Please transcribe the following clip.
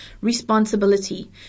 responsibility